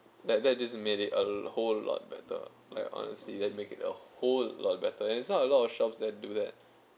that that just made it a whole lot better like honestly that make it a whole lot better and it's not a lot of shops that do that